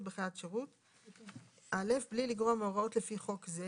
בחיית שירות 19ו1. (א)בלי לגרוע מהוראות לפי חוק זה,"